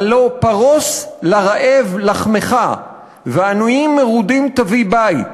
הלוא פָרֹס לרעב לחמך ועניים מרודים תביא בית